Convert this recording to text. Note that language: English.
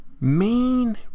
main